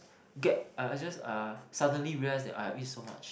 get uh just uh suddenly realise that I have eat so much